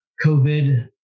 COVID